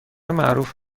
معروف